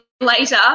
later